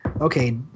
okay